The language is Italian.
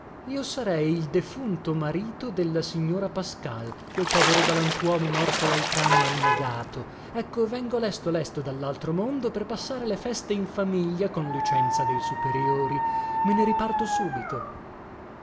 io sarei il defunto marito della signora pascal quel povero galantuomo morto laltranno annegato ecco vengo lesto lesto dallaltro mondo per passare le feste in famiglia con licenza dei superiori me ne riparto subito